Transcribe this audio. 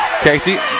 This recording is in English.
Casey